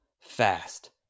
fast